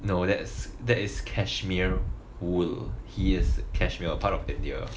no that's that is cashmere wool he is kashmir a part of india